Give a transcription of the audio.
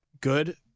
Good